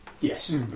Yes